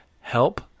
help